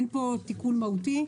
אין פה תיקון מהותי.